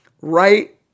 right